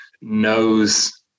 knows